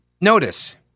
Notice